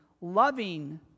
loving